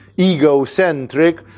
egocentric